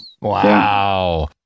Wow